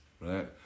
Right